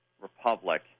Republic